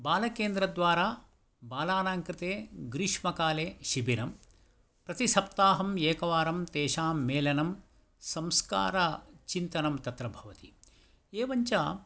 बालकेन्द्रद्वारा बालानां कृते ग्रीष्मकाले शिबिरम् प्रतिसप्ताहं एकवारं तेषां मेलनम् संस्कारचिन्तनं तत्र भवति एवं च